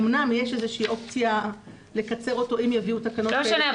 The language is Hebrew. אמנם יש איזה שהיא אופציה לקצר אותו אם יביאו תקנות כאלה --- לא משנה,